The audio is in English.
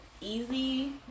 easy